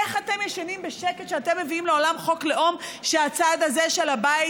איך אתם ישנים בשקט כשאתם מביאים לעולם חוק לאום שהצד הזה של הבית,